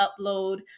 upload